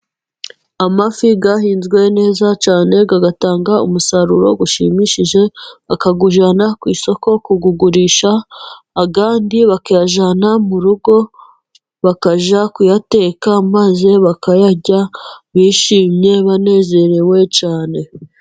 Amafi yahinzwe neza cyane atanga umusaruro ushimishije, bakawujyana ku isoko kuwugurisha. Andi bakayajyana mu rugo bakajya kuyateka maze bakayarya bishimye banezerewe cyane.